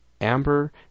amber